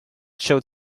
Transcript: showed